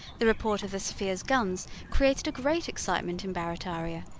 the report of the sophia's guns created a great excitement in barrataria,